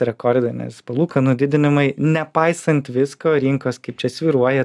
rekordinės palūkanų didinimai nepaisant visko rinkos kaip čia svyruoja